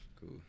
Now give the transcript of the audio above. Cool